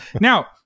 Now